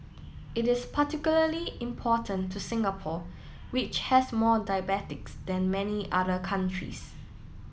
it is particularly important to Singapore which has more diabetics than many other countries